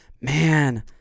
man